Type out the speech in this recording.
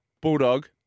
Bulldog